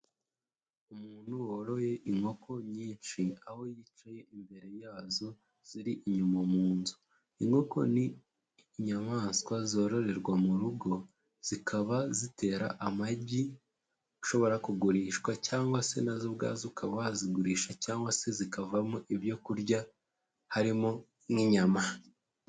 Umuntu woroye inkoko nyinshi aho yicaye imbere yazo ziri inyuma mu nzu, inkoko ni inyamaswa zororerwa mu rugo, zikaba zitera amagi ashobora kugurishwa cyangwa se na zo ubwazo ukaba wazigurisha cyangwa se zikavamo ibyo kurya harimo nk'inyama.